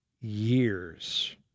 years